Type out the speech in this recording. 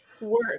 work